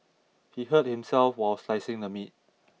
he hurt himself while slicing the meat